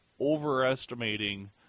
overestimating